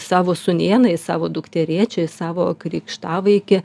savo sūnėną į savo dukterėčią į savo krikštavaikį